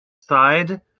side